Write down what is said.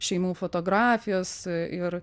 šeimų fotografijos ir